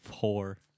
Four